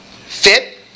fit